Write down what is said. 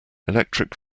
electric